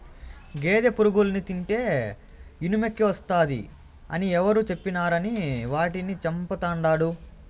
గేదె పురుగుల్ని తింటే ఇనుమెక్కువస్తాది అని ఎవరు చెప్పినారని వాటిని చంపతండాడు